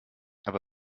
aber